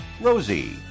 rosie